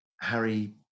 Harry